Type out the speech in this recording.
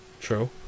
True